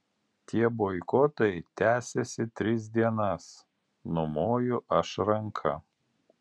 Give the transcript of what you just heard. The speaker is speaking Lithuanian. tie boikotai tęsiasi tris dienas numoju aš ranka